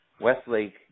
Westlake